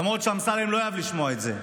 למרות שאמסלם לא יאהב לשמוע את זה: